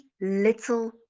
little